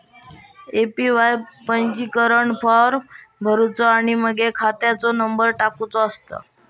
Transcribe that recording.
APY पंजीकरण form भरुचो आणि मगे खात्याचो नंबर टाकुचो असता